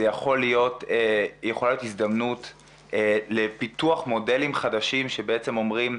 זו יכולה להיות הזדמנות לפיתוח מודלים חדשים שבעצם אומרים: